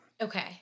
Okay